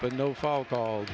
but no fault all